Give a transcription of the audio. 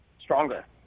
stronger